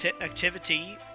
activity